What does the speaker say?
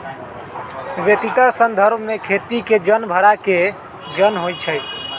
बेशीतर संदर्भ में खेती के जन भड़ा के जन होइ छइ